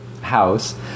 house